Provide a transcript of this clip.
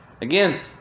Again